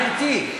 גברתי,